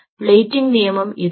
plating നിയമം ഇതായിരുന്നു